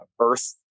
Earth